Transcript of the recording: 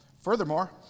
Furthermore